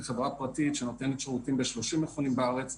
כחברה פרטית שנותנת שירותים ב-30 מכונים בארץ,